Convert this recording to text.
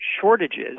shortages